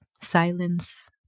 silence